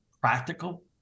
practical